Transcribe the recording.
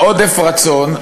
מעודף רצון,